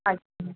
अच्छा